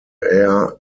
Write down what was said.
air